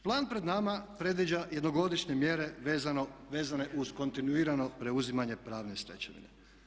Plan pred nama predviđa jednogodišnje mjere vezane uz kontinuirano preuzimanje pravne stečevine.